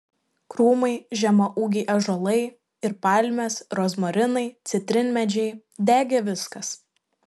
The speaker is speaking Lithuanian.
krūmai žemaūgiai ąžuolai ir palmės rozmarinai citrinmedžiai degė viskas